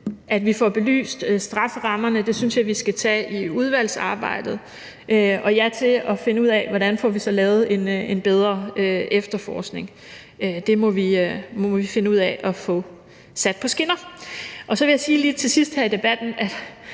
at vi får belyst strafferammerne – det synes jeg vi skal tage i udvalgsarbejdet – og ja til at finde ud af, hvordan vi så får lavet en bedre efterforskning. Det må vi finde ud af at få sat på skinner. Så vil jeg lige her til sidst i debatten sige,